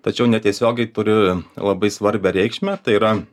tačiau netiesiogiai turi labai svarbią reikšmę tai yra